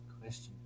question